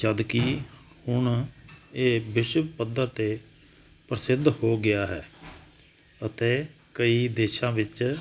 ਜਦ ਕਿ ਹੁਣ ਇਹ ਵਿਸ਼ਵ ਪੱਧਰ ਤੇ ਪ੍ਰਸਿੱਧ ਹੋ ਗਿਆ ਹੈ ਅਤੇ ਕਈ ਦੇਸ਼ਾਂ ਵਿੱਚ